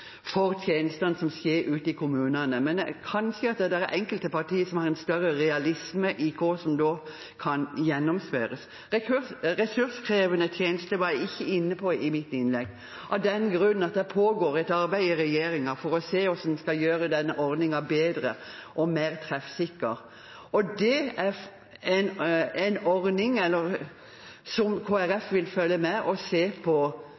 for tjenestene som skjer ute i kommunene, men det er kanskje enkelte partier som har en større realisme i hva som kan gjennomføres. Ressurskrevende tjenester var jeg ikke inne på i mitt innlegg av den grunn at det pågår et arbeid i regjeringen for å se på hvordan vi skal gjøre denne ordningen bedre og mer treffsikker. Det er en ordning Kristelig Folkeparti vil følge med på og se på